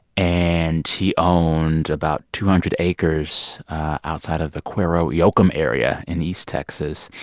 and he owned about two hundred acres outside of the cuero-yoakum area in east texas.